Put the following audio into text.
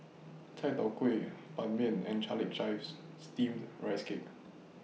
Chai Tow Kuay Ban Mian and Garlic Chives Steamed Rice Cake